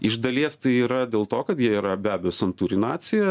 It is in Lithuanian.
iš dalies tai yra dėl to kad jie yra be abejo santūri nacija